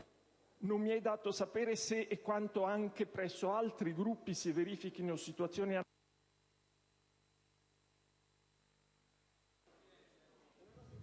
Non mi è dato sapere se e quanto anche presso altri Gruppi si verifichino situazioni